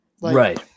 Right